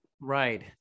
Right